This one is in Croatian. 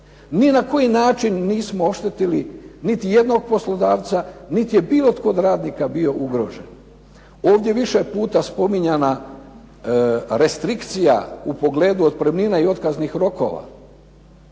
Ni na koji način nismo oštetili niti jednog poslodavca, niti je bilo tko od radnika bio ugrožen. Ovdje je više puta spominjana restrikcija u pogledu otpremnina i otkaznih rokova